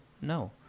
No